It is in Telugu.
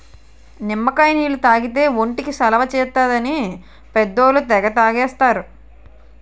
నిమ్మకాయ నీళ్లు తాగితే ఒంటికి చలవ చేస్తుందని పెద్దోళ్ళు తెగ తాగేస్తారు